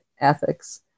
ethics